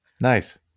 nice